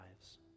lives